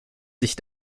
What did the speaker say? sich